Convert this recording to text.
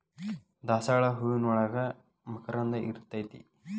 ದಾಸಾಳ ಹೂವಿನೋಳಗ ಮಕರಂದ ಇರ್ತೈತಿ